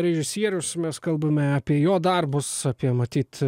režisierius mes kalbame apie jo darbus apie matyt